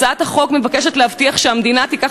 הצעת החוק מבקשת להבטיח שהמדינה תיקח